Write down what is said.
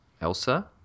Elsa